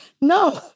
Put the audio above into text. no